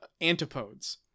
antipodes